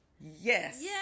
yes